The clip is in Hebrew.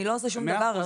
אני לא עושה שום דבר,